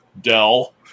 Dell